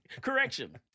correction